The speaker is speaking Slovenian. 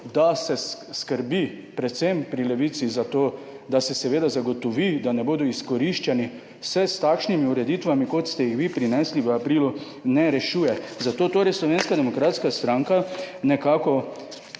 da se skrbi predvsem pri Levici za to, da se seveda zagotovi, da ne bodo izkoriščeni, se s takšnimi ureditvami kot ste jih vi prinesli v aprilu, ne rešuje, zato torej Slovenska demokratska stranka nekako